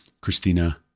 Christina